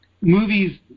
movies